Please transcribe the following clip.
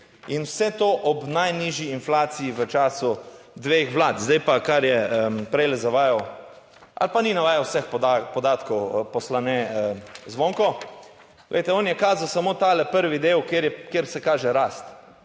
in vse to ob najnižji inflaciji v času dveh Vlad. Zdaj pa, kar je prej zavajal ali pa ni navajal vseh podatkov, poslane Zvonko. Glejte, on je kazal samo ta prvi del, kjer je, kjer se